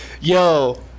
Yo